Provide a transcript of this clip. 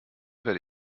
werde